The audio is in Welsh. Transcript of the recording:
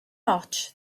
ots